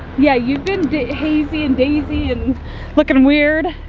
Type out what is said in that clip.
yeah, you've been hazy and dazy and looking weird.